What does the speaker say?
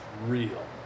real